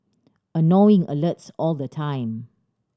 annoying alerts all the time